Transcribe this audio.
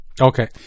Okay